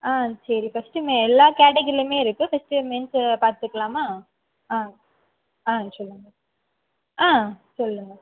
சரி ஃபர்ஸ்ட்டு எல்லா கேட்டகிரிலையுமே இருக்கு ஃபர்ஸ்ட்டு மென்ஸ் பார்த்துக்கலாமா சொல்லுங்கள் சொல்லுங்கள்